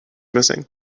missing